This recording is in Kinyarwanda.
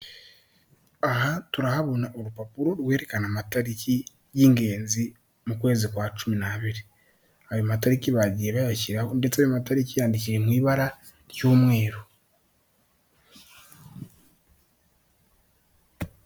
Aha turahabona urupapuro rwerekana amatariki y'ingenzi mu kwezi kwa cumi n'abiri. Ayo matariki bagiye bayashyiraho ndetse ayo matariki yandikiye mu ibara ry'umweru.